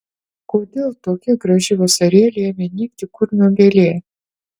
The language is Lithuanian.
kodėl tokią gražią vasarėlę ėmė nykti kurmio gėlė